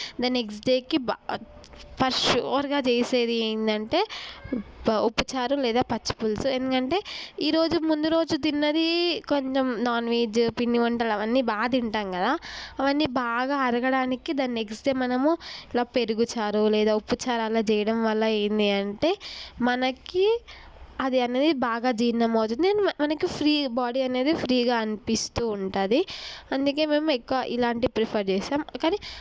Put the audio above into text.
దాని నెక్స్ట్ డేకి బాగా ఫర్ ష్యూర్గా చేసేది ఏంటంటే ఉప్పు ఉప్పు చారు లేదా పచ్చి పులుసు ఎందుకంటే ఈరోజు ముందు రోజు తిన్నది కొంచెం నాన్వెజ్ పిండి వంటలు అవన్నీ బా తింటాము కదా అవన్నీ బాగా అరగడానికి దాన్ని నెక్స్ట్ డే మనము ఇలా పెరుగు చారు లేదా ఉప్పు చారు అలా చేయడం వల్ల ఏంటి అంటే మనకి అది అనేది బాగా జీర్ణం అవుతుంది అండ్ మనకి ఫ్రీ బాడీ అనేది ఫ్రీగా అనిపిస్తూ ఉంటుంది అందుకే మేము ఎక్కువ ఇలాంటి ప్రిఫర్ చేస్తాము కానీ